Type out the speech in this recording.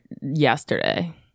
yesterday